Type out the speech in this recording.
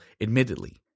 admittedly